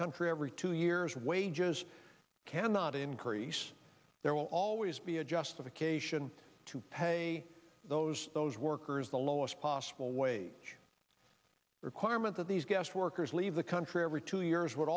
country every two years wages cannot increase there will always be a justification to pay those those workers the lowest possible wage requirement that these guest workers leave the country every two years w